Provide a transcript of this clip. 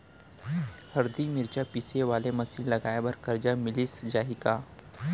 हरदी, मिरचा पीसे वाले मशीन लगाए बर करजा मिलिस जाही का?